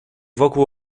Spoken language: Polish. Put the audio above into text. wokół